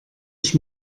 ich